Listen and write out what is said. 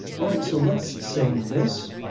alright so let's save this.